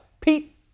Pete